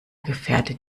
gefährdet